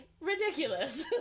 ridiculous